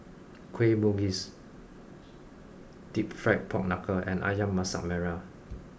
Kueh Bugis Deep Fried Pork Knuckle and Ayam Masak Merah